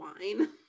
wine